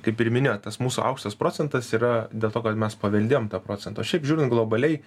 kaip ir minėjot tas mūsų aukštas procentas yra dėl to kad mes paveldėjom tą procentą o šiaip žiūrint globaliai